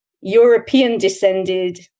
European-descended